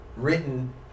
written